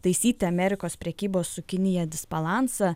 taisyti amerikos prekybos su kinija disbalansą